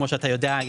כמו שאתה יודע,